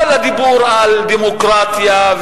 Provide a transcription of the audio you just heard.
כל הדיבור על דמוקרטיה,